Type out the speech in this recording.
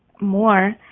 more